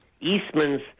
Eastman's